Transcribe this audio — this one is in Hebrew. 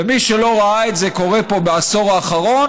ומי שלא ראה את זה קורה פה בעשור האחרון,